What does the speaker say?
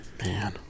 Man